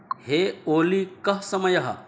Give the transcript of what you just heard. हे ओली कः समयः